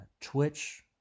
Twitch